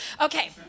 Okay